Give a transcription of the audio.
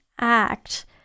act